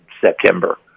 September